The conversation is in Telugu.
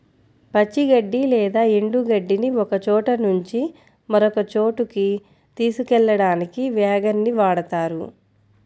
పచ్చి గడ్డి లేదా ఎండు గడ్డిని ఒకచోట నుంచి మరొక చోటుకి తీసుకెళ్ళడానికి వ్యాగన్ ని వాడుతారు